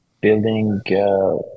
building